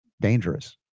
dangerous